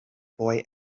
boy